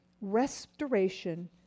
restoration